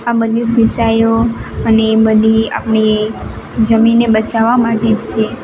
આ બધી સિંચાઈઓ અને એ બધી આપણે જમીનને બચાવા માટે જ છે